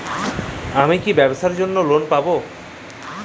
আমি কি ব্যবসার জন্য লোন পাব?